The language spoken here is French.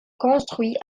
construit